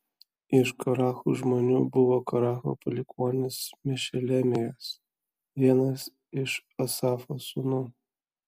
iš korachų žmonių buvo koracho palikuonis mešelemijas vienas iš asafo sūnų